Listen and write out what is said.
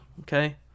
Okay